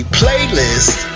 playlist